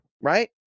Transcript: right